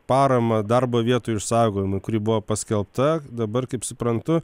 paramą darbo vietų išsaugojimui kuri buvo paskelbta dabar kaip suprantu